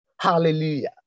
Hallelujah